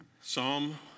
Psalm